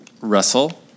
russell